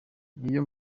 iyo